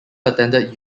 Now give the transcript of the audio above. attended